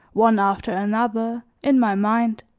one after another, in my mind,